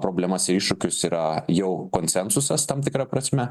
problemas iššūkius yra jau konsensusas tam tikra prasme